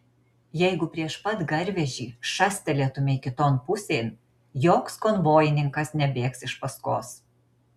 jeigu prieš pat garvežį šastelėtumei kiton pusėn joks konvojininkas nebėgs iš paskos